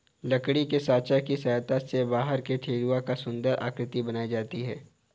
लकड़ी के साँचा की सहायता से बिहार में ठेकुआ पर सुन्दर आकृति बनाई जाती है